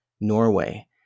norway